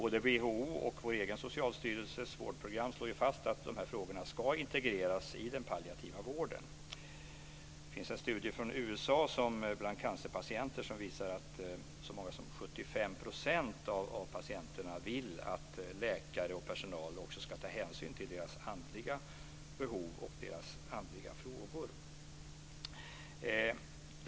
Både från WHO och i vår egen socialstyrelses vårdprogram slås fast att de här frågorna ska integreras i den palliativa vården. Det finns en studie i USA om cancerpatienter som visar att så många som 75 % av patienterna vill att läkare och personal ska ta hänsyn också till deras andliga behov och deras andliga frågor.